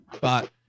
But-